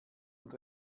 und